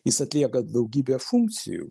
jis atlieka daugybę funkcijų